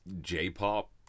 J-pop